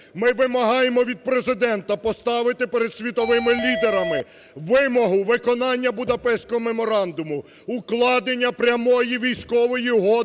Ми вимагаємо від Президента поставити перед світовими лідерами вимогу виконання Будапештського меморандуму, укладення прямої військової угоди